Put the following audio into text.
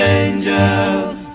angels